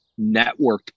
networked